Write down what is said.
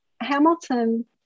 Hamilton